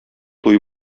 туй